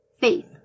Faith